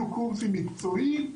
יהיו קורסים מקצועיים,